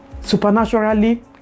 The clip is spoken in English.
Supernaturally